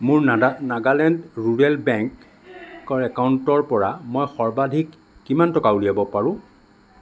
মোৰ Nagaland rural bank একাউণ্টৰ পৰা মই সৰ্বাধিক কিমান টকা উলিয়াব পাৰোঁ